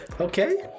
Okay